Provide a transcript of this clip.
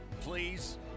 please